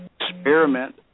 experiment